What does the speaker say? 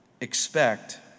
expect